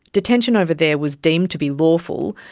detention over there was deemed to be lawful,